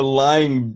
lying